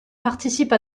participe